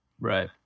Right